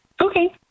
Okay